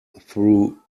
through